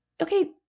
okay